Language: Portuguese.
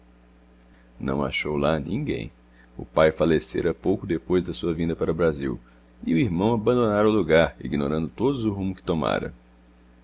não achou lá ninguém o pai falecera pouco depois da sua vinda para o brasil e o irmão abandonara o lugar ignorando todos o rumo que tomara